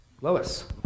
Lois